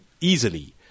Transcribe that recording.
easily